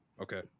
okay